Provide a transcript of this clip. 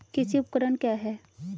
कृषि उपकरण क्या है?